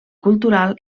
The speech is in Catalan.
cultural